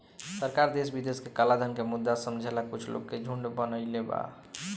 सरकार देश विदेश के कलाधन के मुद्दा समझेला कुछ लोग के झुंड बनईले बा